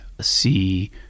see